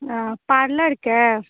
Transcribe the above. पार्लरके